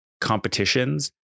competitions